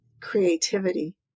creativity